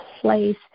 place